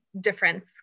difference